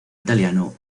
italiano